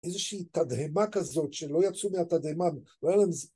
‫איזושהי תדהמה כזאת ‫שלא יצאו מהתדהמה.